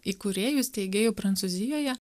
įkūrėjų steigėjų prancūzijoje